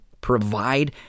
provide